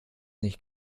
nicht